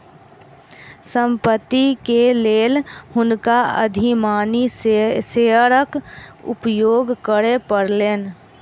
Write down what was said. संपत्ति के लेल हुनका अधिमानी शेयरक उपयोग करय पड़लैन